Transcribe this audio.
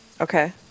Okay